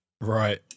Right